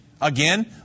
Again